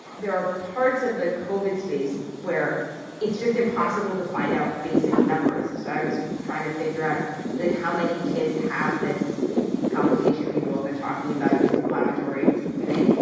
there are parts of the covered space where it's just impossible to find out basic numbers. so i was trying to figure out like how many kids have this complication. people have been talking about this inflammatory thing.